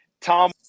tom